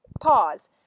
pause